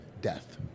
death